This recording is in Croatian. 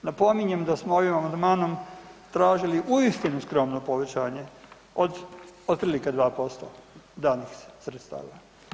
Napominjem da smo ovim amandmanom tražili uistinu skromno povećanje, od otprilike 2% danih sredstava.